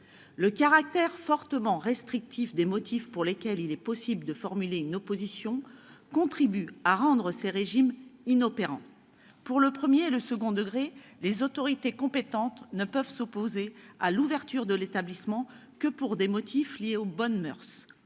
Le caractère fortement restrictif des motifs pour lesquels il est possible de formuler une opposition contribue aussi à rendre ces régimes inopérants. Pour le premier et le second degrés, les autorités compétentes ne peuvent s'opposer à l'ouverture de l'établissement que pour des motifs liés aux bonnes moeurs